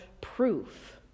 proof